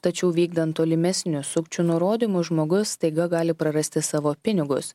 tačiau vykdant tolimesnius sukčių nurodymus žmogus staiga gali prarasti savo pinigus